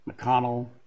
McConnell